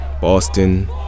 Boston